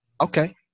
Okay